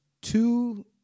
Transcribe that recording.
two